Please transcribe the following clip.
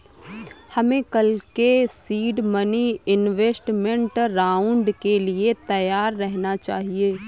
हमें कल के सीड मनी इन्वेस्टमेंट राउंड के लिए तैयार रहना चाहिए